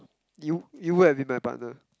you you would have been my partner